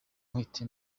nkwite